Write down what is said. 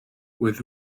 with